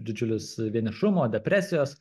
didžiulius vienišumo depresijos